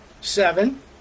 seven